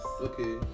Okay